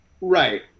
Right